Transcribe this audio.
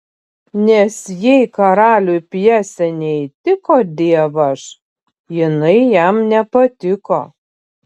nes jei karaliui pjesė neįtiko dievaž jinai jam nepatiko